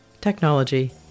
technology